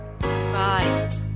Bye